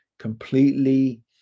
completely